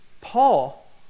Paul